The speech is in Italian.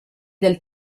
del